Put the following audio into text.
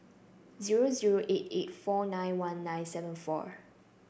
zero zero eight eight four nine one nine seven four